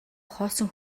хоосон